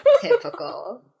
Typical